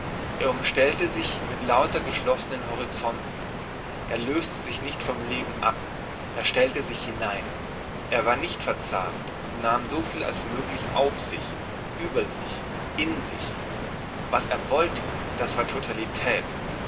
er umstellte sich mit lauter geschlossenen horizonten er löste sich nicht vom leben ab er stellte sich hinein er war nicht verzagt und nahm so viel als möglich auf sich über sich in sich was er wollte das war totalität